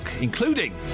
including